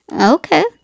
Okay